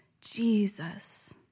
Jesus